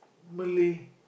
Malay